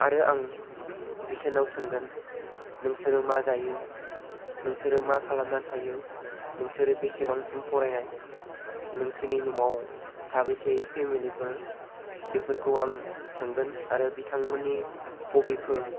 आरो आं बिसोरनाव सोंगोन नोंसोरो मा जायो नोंसोरो मा खालामनानै थायो नोंसोरो बेसेबांसिम फरायनाय नोंसोरनि न'आव साबैसे फेमिलि फोर दं बेफोरखौ आं सोंगोन आरो बिथांमोननि हबि फोर